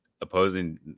opposing